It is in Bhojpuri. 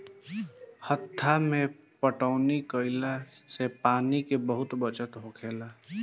हत्था से पटौनी कईला से पानी के बहुत बचत होखेला